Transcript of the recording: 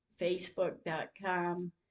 facebook.com